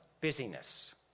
busyness